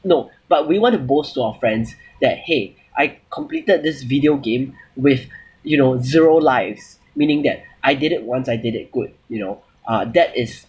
no but we want to boast our friends that !hey! I completed this video game with you know zero lives meaning that I did it once I did it good you know uh that is